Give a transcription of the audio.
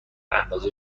اندازه